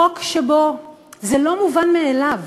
חוק שבו זה לא מובן מאליו